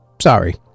Sorry